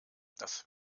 das